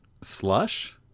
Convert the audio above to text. slush